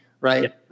right